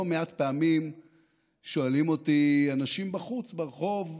לא מעט פעמים שואלים אותי אנשים בחוץ, ברחוב: